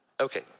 Okay